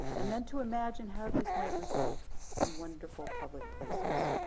and then to imagine how these might result in wonderful public places.